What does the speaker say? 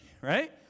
right